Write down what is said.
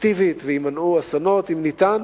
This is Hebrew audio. אפקטיבית ויימנעו אסונות, אם ניתן.